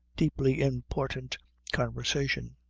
deeply important conversation.